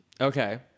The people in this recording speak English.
Okay